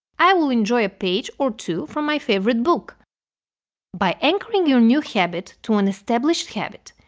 i will enjoy a page or two from my favorite book by anchoring your new habit to an established habit,